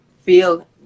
feel